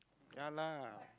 ya lah